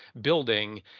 building